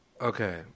Okay